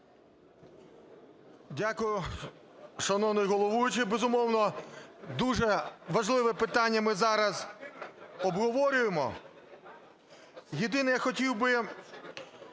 Дякую, шановний головуючий. Безумовно, дуже важливе питання ми зараз обговорюємо. Єдине я хотів би,